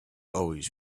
always